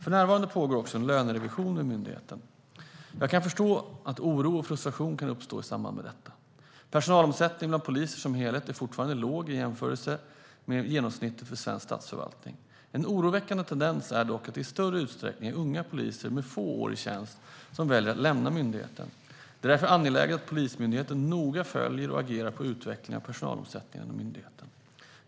För närvarande pågår också en lönerevision vid myndigheten. Jag kan förstå att oro och frustration kan uppstå i samband med detta. Personalomsättningen bland poliser som helhet är fortfarande låg i jämförelse med genomsnittet för svensk statsförvaltning. En oroväckande tendens är dock att det i större utsträckning är unga poliser med få år i tjänst som väljer att lämna myndigheten. Det är därför angeläget att Polis-myndigheten noga följer och agerar på utvecklingen av personalomsättningen inom myndigheten.